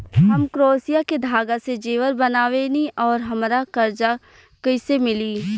हम क्रोशिया के धागा से जेवर बनावेनी और हमरा कर्जा कइसे मिली?